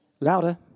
Louder